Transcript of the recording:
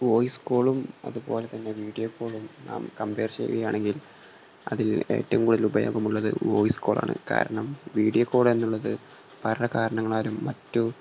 voice കോളും അതുപോലെ തന്നെ വീഡിയോ കോളും നാം കംപെയർ ചെയ്യുകയാണെങ്കിൽ അതിൽ ഏറ്റവും കൂടുതൽ ഉപയോഗമുള്ളത് വോയിസ് കോളാണ് കാരണം വീഡിയോ കോൾ എന്നുള്ളത് പല കാരണങ്ങളാലും മറ്റു